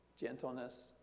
gentleness